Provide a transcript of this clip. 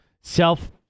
self